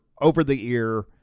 over-the-ear